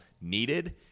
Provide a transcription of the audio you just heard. needed